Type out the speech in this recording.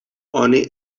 oni